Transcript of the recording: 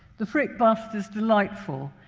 the frick bust is delightful.